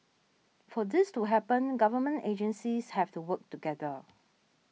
for this to happen government agencies have to work together